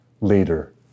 later